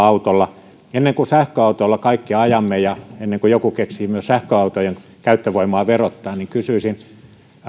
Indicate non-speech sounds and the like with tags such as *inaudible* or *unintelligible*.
*unintelligible* autolla ennen kuin sähköautoilla kaikki ajamme ja ennen kuin joku keksii myös sähköautojen käyttövoimaa verottaa kysyisin